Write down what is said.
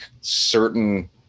certain